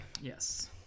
Yes